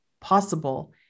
possible